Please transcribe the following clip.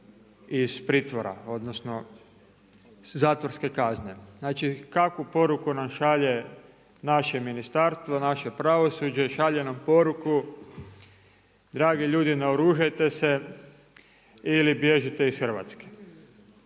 iz pritvora, odnosno zatvorske kazne. Znači kakvu poruku nam šalje naše ministarstvo, naše pravosuđe? Šalje nam poruku, dragi ljudi naoružajte se ili bježite iz Hrvatske.